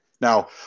Now